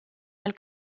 nel